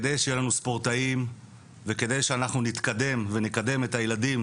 כדי שיהיו לנו ספורטאים וכדי שאנחנו נתקדם ונקדם את הילדים